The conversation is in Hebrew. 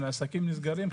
שהעסקים נסגרים,